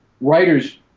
writers